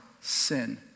Sin